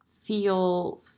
feel